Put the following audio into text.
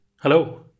Hello